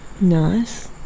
Nice